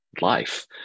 life